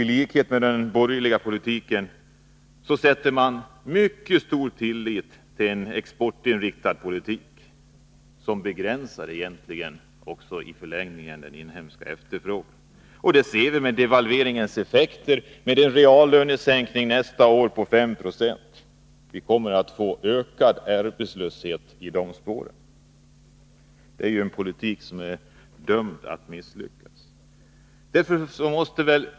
I likhet med de borgerliga sätter socialdemokraterna mycket stor tillit till en exportinriktad politik, som i förlängningen egentligen begränsar den inhemska efterfrågan. Det kan vi se i form av devalveringens effekter. Det blir en reallönesänkning nästa år med 5 96. I dess spår följer en ökad arbetslöshet. Det är en politik som är dömd att misslyckas.